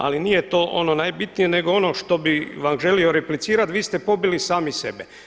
Ali nije to ono najbitnije nego ono što bih vam želio replicirati vi ste pobili sami sebe.